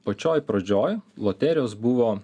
pačioj pradžioj loterijos buvo